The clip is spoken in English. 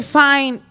find